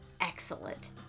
excellent